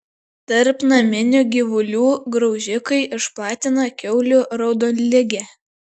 tarp naminių gyvulių graužikai išplatina kiaulių raudonligę